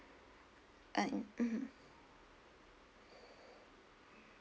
mm mmhmm